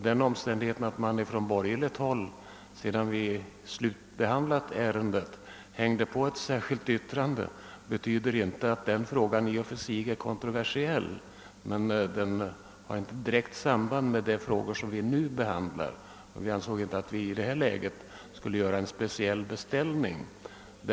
Den omständigheten att man från borgerligt håll, sedan vi slutbehandlat ärendet i utskottet, fogade ett särskilt yttrande till utlåtandet betyder inte att denna fråga i och för sig är kontroversiell, men vi anser alltså att den inte har något direkt samband med den fråga vi nu diskuterar och att vi därför i nuläget inte borde göra en särskild beställning i detta avseende.